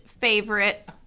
favorite